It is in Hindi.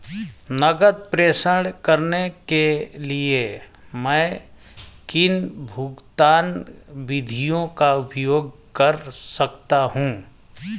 नकद प्रेषण करने के लिए मैं किन भुगतान विधियों का उपयोग कर सकता हूँ?